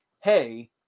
Hey